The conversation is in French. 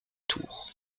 tour